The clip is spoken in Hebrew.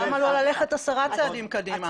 למה לא ללכת עשרה צעדים קדימה?